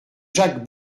jacques